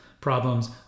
Problems